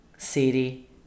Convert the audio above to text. City